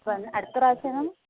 അപ്പോൾ ഒന്ന് അടുത്ത പ്രാവശ്യം